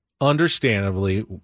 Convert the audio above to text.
understandably